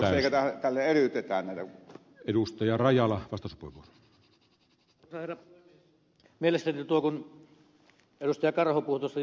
olisi toivonut että siihen olisi panostettu eikä tälleen että eriytetään näitä